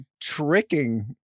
tricking